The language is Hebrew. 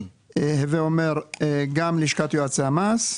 הווה אומר גם מול לשכת יועצי המס,